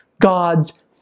God's